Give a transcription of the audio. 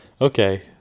Okay